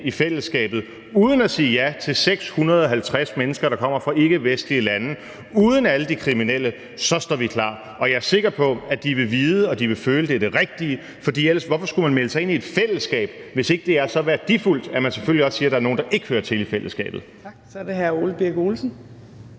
i fællesskabet uden at sige ja til 650 mennesker, der kommer fra ikkevestlige lande, uden alle de kriminelle, så står vi klar. Og jeg er sikker på, at de vil vide og de vil føle, det er det rigtige, for hvorfor skulle man ellers melde sig ind i et fællesskab, hvis ikke det er så værdifuldt, at man selvfølgelig også siger, at der er nogle, der ikke hører til i fællesskabet. Kl. 10:59 Fjerde næstformand